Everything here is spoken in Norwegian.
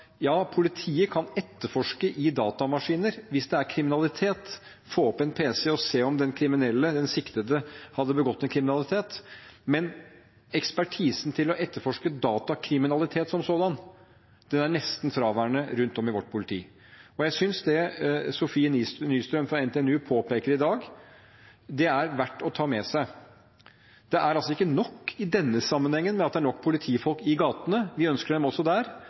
politiet kan etterforske i datamaskiner hvis det er snakk om kriminalitet, få opp en PC og se om den kriminelle, den siktede, har begått en kriminalitet. Men ekspertisen til å etterforske datakriminalitet som sådan er nesten fraværende i vårt politi. Jeg synes det Sofie Nystrøm fra NTNU påpeker i dag, er verdt å ta med seg. Det er altså ikke nok i denne sammenhengen at det er nok politifolk i gatene. Vi ønsker dem også der,